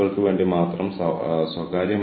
അതിനാൽ ഇതെല്ലാം ഇവിടെ വളരെ പ്രധാനമാണ്